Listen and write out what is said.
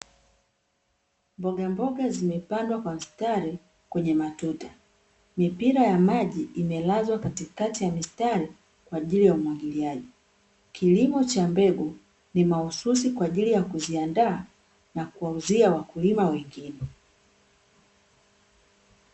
Mbogamboga zimepandwa kwa mstari kwenye matuta. Mipira ya maji imelazwa katikati ya mistari kwa ajili ya umwagiliaji. Kilimo cha mbegu ni mahususi kwa ajili ya kuziaanda na kuwauzia wakulima wengine.